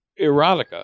erotica